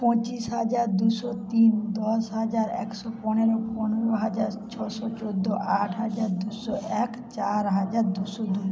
পঁচিশ হাজার দুশো তিন দশ হাজার একশো পনেরো পনেরো হাজার ছশো চোদ্দো আট হাজার দুশো এক চার হাজার দুশো দুই